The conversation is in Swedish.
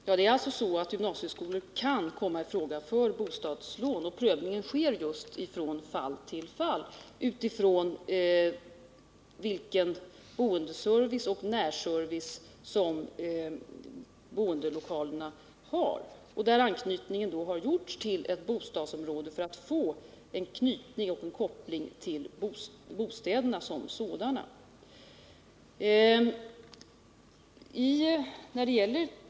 Herr talman! Det är alltså så att gymnasieskolor kan komma i fråga för bostadslån. Prövningen sker från fall till fall — utifrån den boendeservice och närservice som boendelokalerna har. Man har förutsatt anknytning till ett bostadsområde för att få en koppling till bostäderna som sådana.